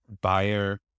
buyer